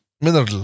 Mineral